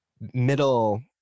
middle